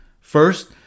First